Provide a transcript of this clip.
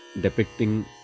depicting